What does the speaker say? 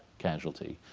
casualty.